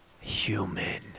Human